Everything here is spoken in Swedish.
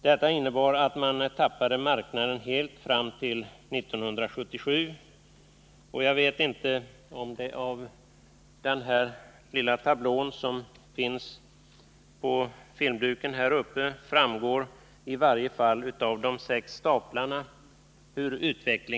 Detta innebar att man tappade markna Av den lilla tablå som jag nu visar på filmduken framgår hurdan utvecklingen har varit. De tre första staplarna avser åren 1975, 1976 och 1977.